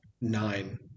nine